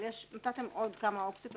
אבל יש נתתם עוד כמה אופציות,